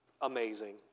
Amazing